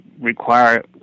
require